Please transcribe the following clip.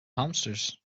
hamsters